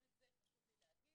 גם את זה חשוב לי להגיד,